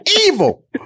evil